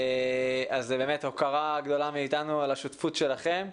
באמת הוקרה גדולה מאיתנו על השותפות שלכם.